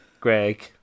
Greg